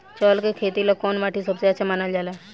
चावल के खेती ला कौन माटी सबसे अच्छा मानल जला?